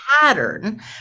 pattern